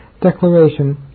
declaration